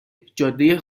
جاده